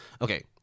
okay